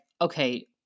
okay